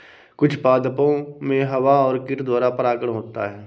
कुछ पादपो मे हवा और कीट द्वारा परागण होता है